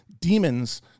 demons